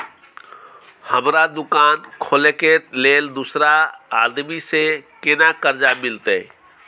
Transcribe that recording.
हमरा दुकान खोले के लेल दूसरा आदमी से केना कर्जा मिलते?